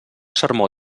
sermó